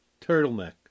turtleneck